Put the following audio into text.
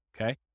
okay